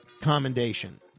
commendation